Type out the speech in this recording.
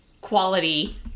quality